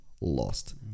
lost